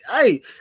hey